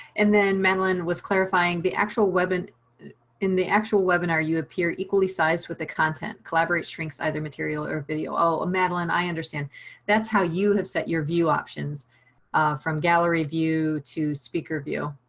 and then madeline was clarifying the actual webinar in the actual webinar you appear equally sized with the content collaborate shrinks either material or video. oh, ah madeline i understand that's how you have set your view options from gallery view to speaker view.